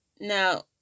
Now